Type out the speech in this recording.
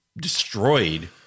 destroyed